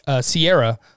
Sierra